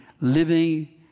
living